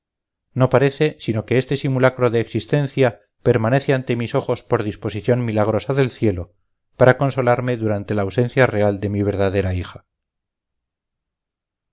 no parece sino que este simulacro de existencia permanece ante mis ojos por disposición milagrosa del cielo para consolarme durante la ausencia real de mi verdadera hija